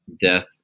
death